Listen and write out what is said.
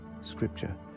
scripture